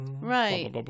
Right